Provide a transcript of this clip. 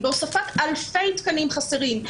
בהוספת אלפי תקנים חסרים,